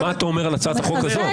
מה אתה אומר על הצעת החוק הזאת,